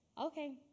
okay